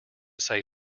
say